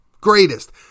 greatest